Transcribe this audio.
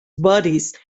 buddies